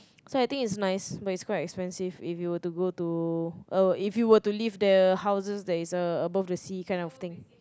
so I think it's nice but it's quite expensive if you were to go to uh if you were to live the houses there is a~ above the sea the kind of thing